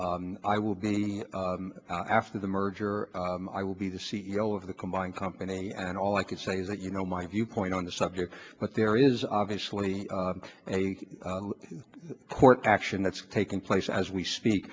and i will be after the merger i will be the c e o of the combined company and all i can say is that you know my viewpoint on the subject but there is obviously a court action that's taking place as we speak